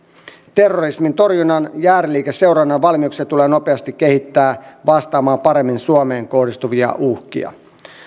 terrorismin torjunnan ja ääriliikeseurannan valmiuksia tulee nopeasti kehittää vastaamaan paremmin suomeen kohdistuvia uhkia